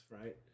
right